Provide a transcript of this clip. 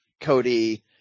Cody